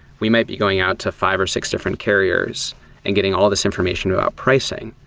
we may be going out to five or six different carriers and getting all of this information about pricing.